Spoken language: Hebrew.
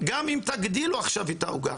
גם אם תגדילו עכשיו את העוגה.